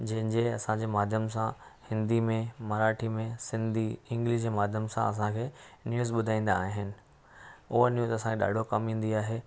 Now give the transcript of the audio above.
जंहि जे असां जे माध्यम सां हिन्दी में मराठी में सिन्धी इंग्लिश जे माध्यम सां असां खे न्यूज़ बुधाईंदा आहिनि हूअ न्यूज़ असां खें ॾाढो कमु ईंदी आहे